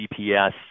GPS